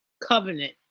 covenant